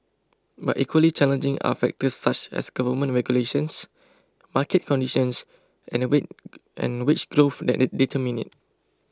but equally challenging are factors such as government regulations market conditions and we and wage growth that determine it